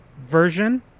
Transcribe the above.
version